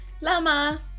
Lama